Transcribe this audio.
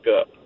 up